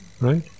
right